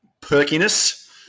perkiness